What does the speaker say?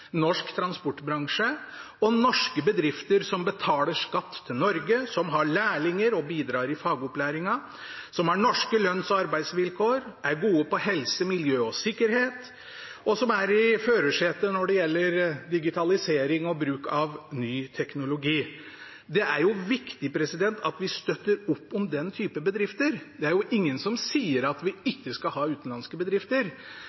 norsk bygg- og anleggsbransje, norsk transportbransje og norske bedrifter som betaler skatt til Norge, som har lærlinger og bidrar til fagopplæringen, som har norske lønns- og arbeidsvilkår, som er gode på helse, miljø og sikkerhet, og som er i førersetet når det gjelder digitalisering og bruk av ny teknologi. Det er viktig at vi støtter opp om den typen bedrifter. Det er ingen som sier at vi